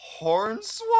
Hornswoggle